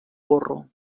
burro